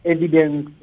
Evidence